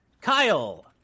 Kyle